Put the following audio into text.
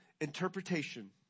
interpretation